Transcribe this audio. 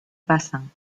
pasan